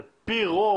על פי רוב